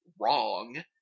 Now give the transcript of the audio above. wrong